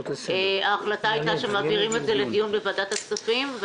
ההחלטה הייתה שמעבירים את זה לדיון בוועדת הכספים.